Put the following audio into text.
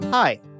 Hi